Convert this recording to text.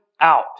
out